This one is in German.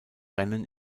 rennen